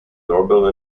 doorbell